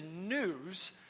news